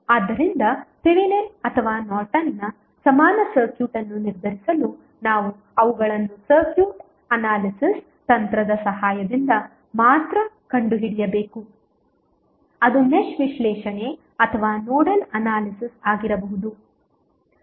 ಆದ್ದರಿಂದ ಥೆವೆನಿನ್ ಅಥವಾ ನಾರ್ಟನ್ನ ಸಮಾನ ಸರ್ಕ್ಯೂಟ್ ಅನ್ನು ನಿರ್ಧರಿಸಲು ನಾವು ಅವುಗಳನ್ನು ಸರ್ಕ್ಯೂಟ್ ಅನಾಲಿಸಿಸ್ ತಂತ್ರದ ಸಹಾಯದಿಂದ ಮಾತ್ರ ಕಂಡುಹಿಡಿಯಬೇಕು ಅದು ಮೆಶ್ ವಿಶ್ಲೇಷಣೆ ಅಥವಾ ನೋಡಲ್ ಅನಾಲಿಸಿಸ್ ಆಗಿರಬಹುದು